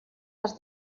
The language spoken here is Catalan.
les